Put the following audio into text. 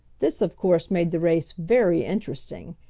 this of course made the race very interesting,